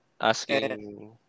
Asking